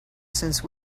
since